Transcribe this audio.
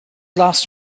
last